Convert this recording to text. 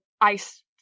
ice